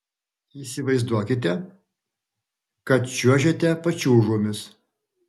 įsivaizduokite kad čiuožiate pačiūžomis